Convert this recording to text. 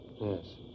Yes